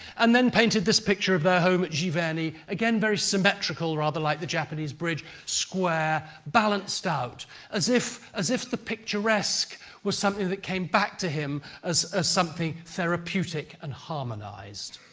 and then painted this picture of their home at giverny. it's very symmetrical rather like the japanese bridge square, balanced out as if as if the picturesque was something that came back to him as ah something therapeutic and harmonised.